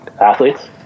Athletes